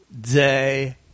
day